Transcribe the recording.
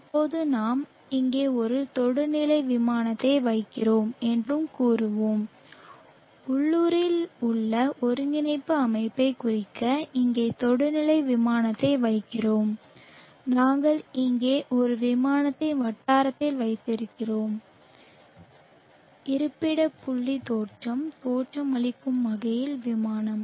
இப்போது நாம் இங்கே ஒரு தொடுநிலை விமானத்தை வைக்கிறோம் என்று கூறுவோம் உள்ளூரில் உள்ள ஒருங்கிணைப்பு அமைப்பைக் குறிக்க இங்கே தொடுநிலை விமானத்தை வைக்கிறோம் நாங்கள் இங்கே ஒரு விமானத்தை வட்டாரத்தில் வைத்திருக்கிறோம் இருப்பிட புள்ளி தோற்றம் தோற்றமளிக்கும் வகையில் விமானம்